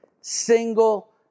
single